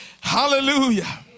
Hallelujah